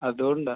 അതുകൊണ്ടാണ്